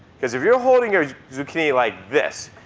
because if you're holding your zucchini like this,